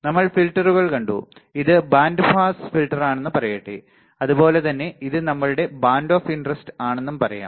നമ്മൾ ഫിൽട്ടറുകൾ കണ്ടു ഇത് ബാൻഡ് പാസ് ഫിൽട്ടറാണെന്ന് പറയട്ടെ അതുപോലെതന്നെ ഇതു നമ്മളുടെ band of interest ആണെന്നും പറയാം